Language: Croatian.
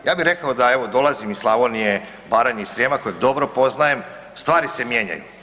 Ja bi rekao da, evo, dolazim iz Slavonije, Baranje i Srijema kojeg dobro poznajem, stvari se mijenjaju.